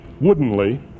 woodenly